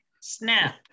snap